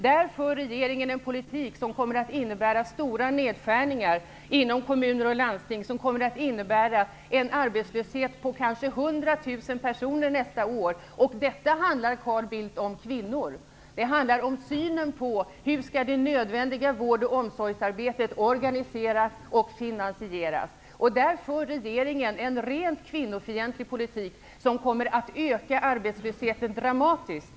Där för regeringen en politik som kommer att innebära stora nedskärningar inom kommuner och landsting. Det kommer att innebära en arbetslöshet på kanske 100 000 personer nästa år. Detta handlar om kvinnor, Carl Bildt. Det handlar om synen på hur det nödvändiga vård och omsorgsarbetet skall organiseras och finansieras. Där för regeringen en rent kvinnofientlig politik. Den kommer att öka arbetslösheten dramatiskt.